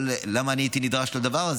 אבל למה הייתי נדרש לדבר הזה?